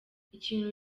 ikintu